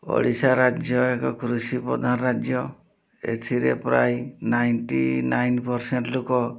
ଓଡ଼ିଶା ରାଜ୍ୟ ଏକ କୃଷି ପ୍ରଧାନ ରାଜ୍ୟ ଏଥିରେ ପ୍ରାୟ ନାଇଣ୍ଟି ନାଇନ୍ ପରସେଣ୍ଟ ଲୋକ